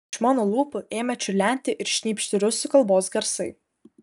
iš mano lūpų ėmė čiurlenti ir šnypšti rusų kalbos garsai